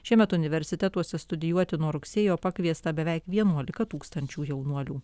šiemet universitetuose studijuoti nuo rugsėjo pakviesta beveik vienuolika tūkstančių jaunuolių